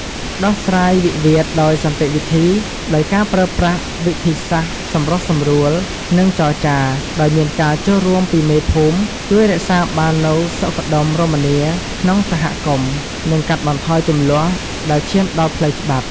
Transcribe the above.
ដោះស្រាយវិវាទដោយសន្តិវិធី ដោយការប្រើប្រាស់វិធីសាស្រ្តសម្រុះសម្រួល និងចរចា ដោយមានការចូលរួមពីមេភូមិ ជួយរក្សាបាននូវសុខដុមរមនាក្នុងសហគមន៍ និងកាត់បន្ថយជម្លោះដែលឈានដល់ផ្លូវច្បាប់។